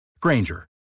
Granger